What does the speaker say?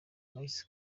moise